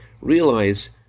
realize